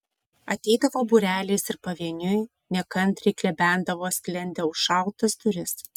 ateidavo būreliais ir pavieniui nekantriai klebendavo sklende užšautas duris